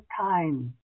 time